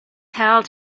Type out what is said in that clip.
held